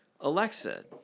Alexa